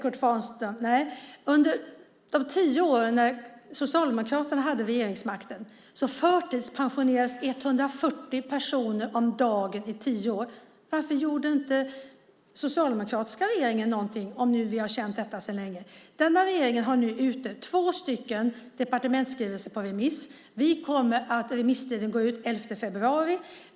Under de tio år som Socialdemokraterna hade regeringsmakten förtidspensionerades 140 personer om dagen. Varför gjorde inte den socialdemokratiska regeringen något om man nu har känt till detta så länge? Regeringen har ute två departementsskrivelser på remiss. Remisstiden går ut den 11 februari.